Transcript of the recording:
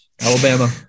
Alabama